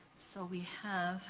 so, we have